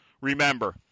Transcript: Remember